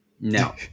No